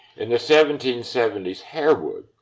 in the seventeen seventy s harewood,